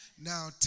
Now